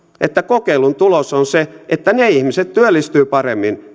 että kokeilun tulos on se että ne ihmiset työllistyvät paremmin